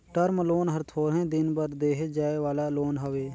term loan हर थोरहें दिन बर देहे जाए वाला लोन हवे